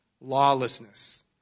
Lawlessness